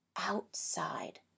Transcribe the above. outside